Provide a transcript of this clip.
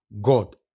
God